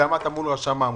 ועמדת מול רשם העמותות.